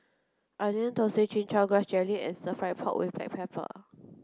Onion Thosai Chin Chow Grass Jelly and Stir Fry Pork with Black Pepper